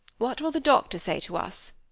what will the doctor say to us?